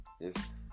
Yes